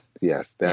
Yes